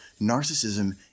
narcissism